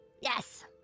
Yes